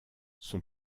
son